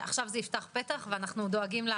עכשיו זה יפתח פתח, ואנחנו דואגים.